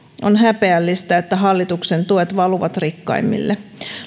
on häpeällistä että hallituksen tuet valuvat rikkaimmille